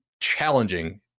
challenging